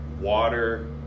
water